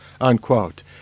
unquote